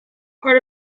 part